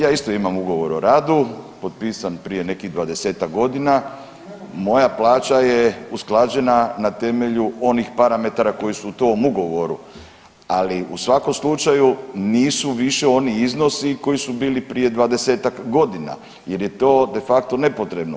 Ja isto imam ugovor o radu, potpisan prije nekih 20 godina, moja plaća je usklađena na temelju onih parametara koji su u tom ugovoru, ali u svakom slučaju nisu više oni iznosi koji su bili prije 20-tak godina jer je to de facto nepotrebno.